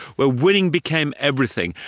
where winning became everything,